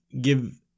give